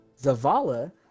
Zavala